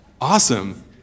Awesome